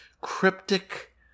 cryptic